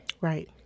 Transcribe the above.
Right